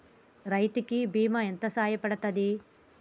రైతు కి బీమా ఎంత సాయపడ్తది?